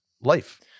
life